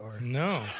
No